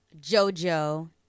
Jojo